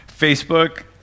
Facebook